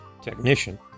technician